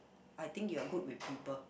I think you are good with people